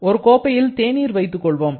ஒரு கோப்பையில் தேநீர் எடுத்துக்கொள்வோம்